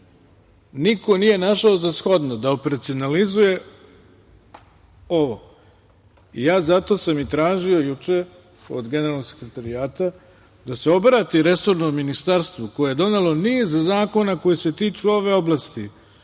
niko nije našao za shodno da operacionalizuje ovo i zato sam i tražio juče od Generalnog sekretarijata da se obrati resornom ministarstvu, koje je donelo niz zakona koji se tiču ove oblasti,